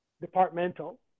departmental